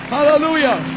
Hallelujah